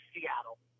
Seattle